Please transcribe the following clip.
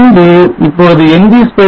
பின்பு இப்பொழுது Ngspice series